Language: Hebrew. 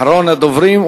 אחרון הדוברים,